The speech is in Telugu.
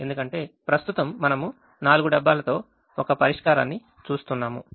ఎందుకంటే ప్రస్తుతం మనం 4 డబ్బాలతో ఒక పరిష్కారాన్ని చూస్తున్నాము